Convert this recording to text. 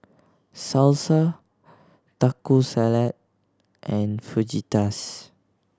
Salsa Taco Salad and Fajitas